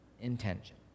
intention